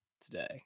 today